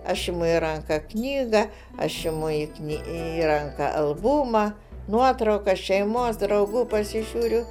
aš imu į ranką knygą aš imu į ranką albumą nuotrauka šeimos draugų pasižiūriu